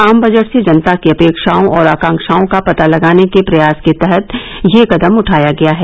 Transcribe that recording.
आम बजट से जनता की अपेक्षाओं और आकांक्षाओं का पता लगाने के प्रयास के तहत ये कदम उठाया गया है